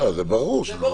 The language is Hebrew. זה ברור.